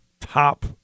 top